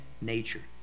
nature